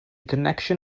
connection